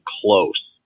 close